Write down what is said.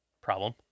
Problem